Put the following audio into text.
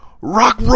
Rock